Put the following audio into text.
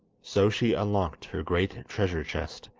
so she unlocked her great treasure chest,